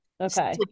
Okay